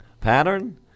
Pattern